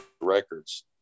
records